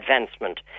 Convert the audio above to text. advancement